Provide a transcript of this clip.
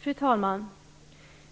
Fru talman!